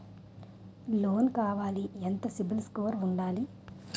Loan కావాలి ఎంత CIBIL score ఉండాలి?